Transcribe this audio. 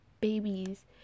babies